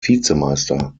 vizemeister